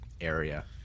area